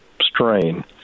strain